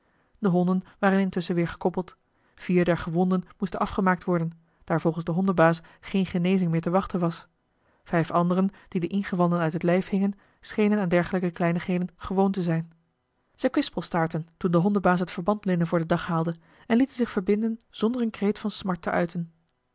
de honden waren intusschen weer gekoppeld vier der gewonden moesten afgemaakt worden daar volgens den hondenbaas geene genezing meer te wachten was vijf andere dien de ingewanden uit het lijf hingen schenen aan dergelijke kleinigheden gewoon te zijn eli heimans willem roda ze kwispelstaartten toen de hondenbaas het verbandlinnen voor den dag haalde en lieten zich verbinden zonder een kreet van smart te uiten